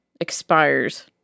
expires